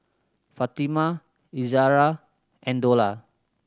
Fatimah Izara and Dollah